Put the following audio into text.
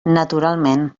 naturalment